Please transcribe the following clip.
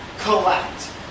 collect